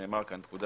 שנאמר כאן, פקודה